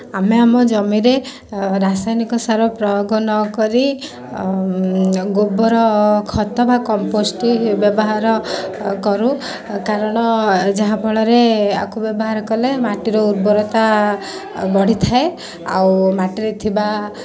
ଆମେ ଆମ ଜମିରେ ରାସାୟନିକ ସାର ପ୍ରୟୋଗ ନକରି ଗୋବର ଖତ ବା କମ୍ପୋଷ୍ଟ୍ ବ୍ୟବହାର କରୁ କାରଣ ଯାହା ଫଳରେ ଆକୁ ବ୍ୟବହାର କଲେ ମାଟିର ଉର୍ବରତା ବଢ଼ିଥାଏ ଆଉ ମାଟିରେ ଥିବା